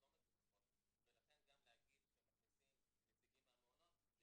לא מפוקחות ולכן לומר שמכניסים נציגים למעונות,